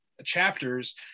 chapters